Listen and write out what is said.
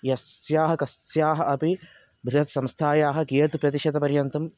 यस्याः कस्याः अपि बृहत्संस्थायाः कियत् प्रतिशतपर्यन्तम्